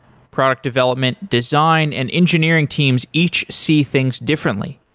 product development design and engineering teams each see things differently.